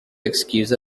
excuse